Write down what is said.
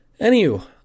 Anywho